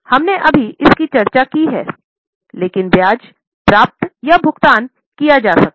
हमने अभी इसकी चर्चा की है लेकिन ब्याज प्राप्त या भुगतान किया जा सकता है